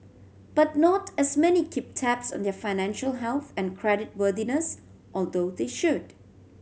but not as many keep tabs on their financial health and creditworthiness although they should